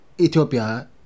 Ethiopia